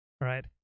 right